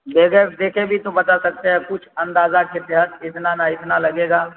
بغیر دیکھے بھی تو بتا سکتے ہیں کچھ اندازہ کے تحت اتنا نا اتنا لگے گا